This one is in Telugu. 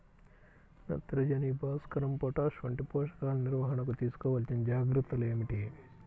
నత్రజని, భాస్వరం, పొటాష్ వంటి పోషకాల నిర్వహణకు తీసుకోవలసిన జాగ్రత్తలు ఏమిటీ?